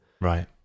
Right